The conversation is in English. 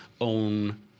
own